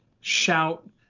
shout